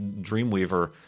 Dreamweaver